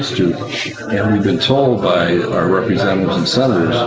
to and we've been told by our representatives and senators